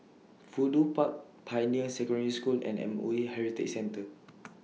Fudu Park Pioneer Secondary School and M O E Heritage Centre